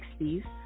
60s